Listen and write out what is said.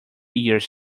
years